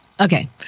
Okay